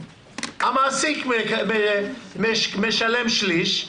המעסיק משלם שליש,